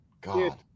God